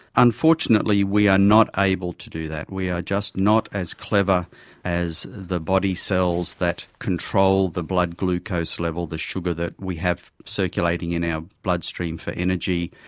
unfortunately we are not able to do that, we are just not as clever as the body cells that control the blood glucose level, the sugar that we have circulating in our bloodstream for energy,